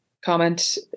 comment